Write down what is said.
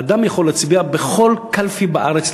אדם יכול להצביע בכל קלפי בארץ,